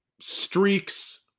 streaks